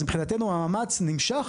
מבחינתנו, המאמץ נמשך.